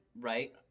right